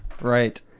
Right